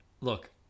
look